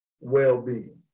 well-being